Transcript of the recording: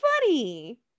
funny